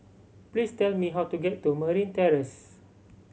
please tell me how to get to Merryn Terrace